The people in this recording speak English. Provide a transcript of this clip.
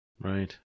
Right